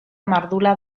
mardula